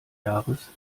jahres